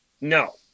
no